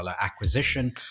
acquisition